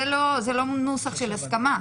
זה לא נוסח של הסכמה.